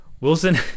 Wilson